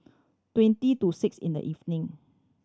twenty to six in the evening